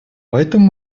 поэтому